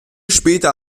später